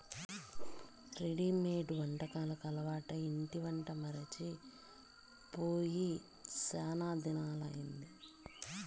readymade వంటకాలు అలవాటై ఇంటి వంట మరచి పోయి శానా దినాలయ్యింది